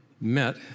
met